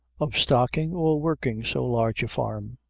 of stocking or working so large a farm?